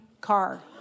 car